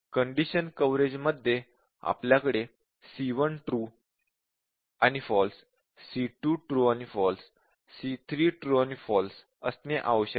condition कव्हरेजमध्ये आपल्याकडे c1 true आणि फॉल्स c2 ट्रू आणि फॉल्स आणि c3 ट्रू आणि फॉल्स असणे आवश्यक आहे